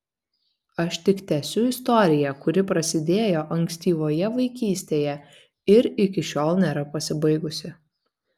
aš tik tęsiu istoriją kuri prasidėjo ankstyvoje vaikystėje ir iki šiol nėra pasibaigusi